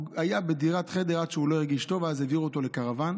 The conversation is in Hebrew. הוא היה בדירת חדר עד שהוא לא הרגיש טוב ואז העבירו אותו לקרוואן